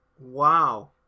wow